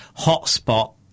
Hotspot